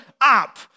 up